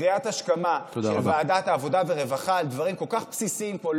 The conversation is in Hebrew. קריאת ההשכמה של ועדת העבודה והרווחה על דברים כל כך בסיסיים פה,